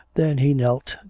then he kneeled,